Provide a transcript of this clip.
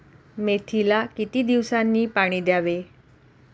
मेथीला किती दिवसांनी पाणी द्यावे?